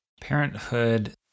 Parenthood